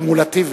קומולטיבי.